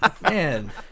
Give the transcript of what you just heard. Man